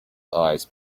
eyes